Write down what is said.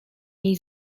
jej